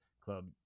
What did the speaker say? club